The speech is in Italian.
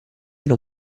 non